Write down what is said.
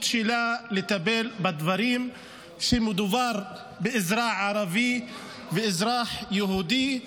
שלה לטפל בדברים כשמדובר באזרח ערבי ואזרח יהודי.